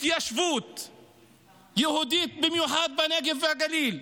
התיישבות יהודית, במיוחד בנגב ובגליל,